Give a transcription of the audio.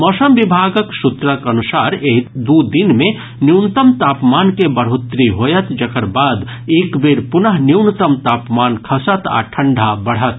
मौसम विभागक सूत्रक अनुसार एहि दू दिन मे न्यूनतम तापमान के बढ़ोतरी होयत जकर बाद एक बेर पुनः न्यूनतम तापमान खसत आ ठंढा बढ़त